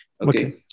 Okay